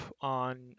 on